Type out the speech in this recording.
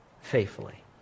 faithfully